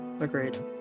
Agreed